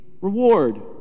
reward